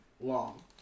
long